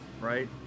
right